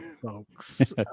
Folks